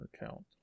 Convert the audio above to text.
account